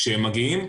כשהם מגיעים,